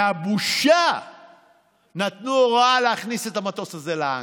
מהבושה נתנו הוראה להכניס את המטוס הזה להאנגר,